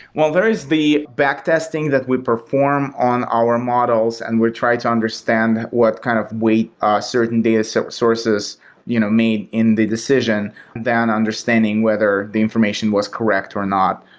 well, there is the back testing that we perform on our models and we'll try to understand what kind of weight a certain data so source is you know made in the decision than understanding whether the information was correct or not.